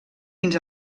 fins